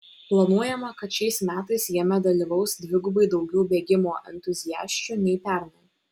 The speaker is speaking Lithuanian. planuojama kad šiais metais jame dalyvaus dvigubai daugiau bėgimo entuziasčių nei pernai